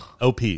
OP